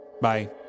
Bye